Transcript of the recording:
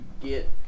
get